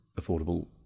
affordable